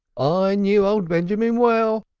i knew old benjamin well,